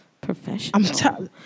professional